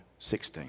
16